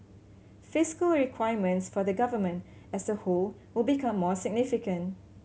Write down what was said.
fiscal requirements for the Government as a whole will become more significant